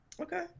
Okay